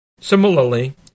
Similarly